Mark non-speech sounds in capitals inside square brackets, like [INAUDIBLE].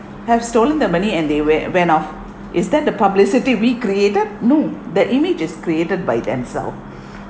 have stolen the money and they went went off is that the publicity we created no that image is created by themself [BREATH]